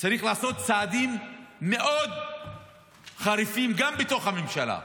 צריך לעשות צעדים מאוד חריפים גם בתוך הממשלה.